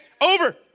over